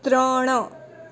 ત્રણ